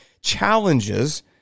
challenges